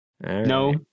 No